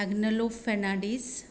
Agnelo Fernandes